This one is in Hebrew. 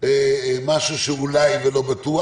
משהו שאולי ולא בטוח.